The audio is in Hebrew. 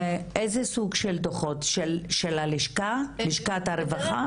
איזה סוג של דוחות, של לשכת הרווחה?